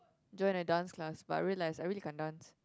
join a dance class but I realise I really can't dance